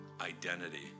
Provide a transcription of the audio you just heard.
identity